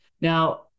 Now